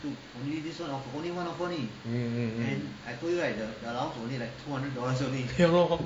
mm mm mm ya lor